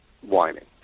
whining